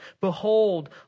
Behold